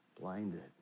blinded